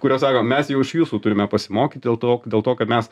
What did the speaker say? kurios sako mes jau iš jūsų turime pasimokyt dėl to dėl to kad mes